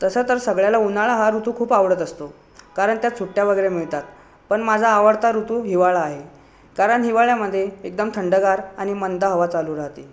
तसं तर सगळ्याला उन्हाळा हा ऋतू खूप आवडत असतो कारण त्यात सुट्ट्या वगैरे मिळतात पण माझा आवडता ऋतू हिवाळा आहे कारण हिवाळ्यामधे एकदम थंडगार आणि मंद हवा चालू राहते